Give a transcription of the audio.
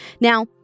Now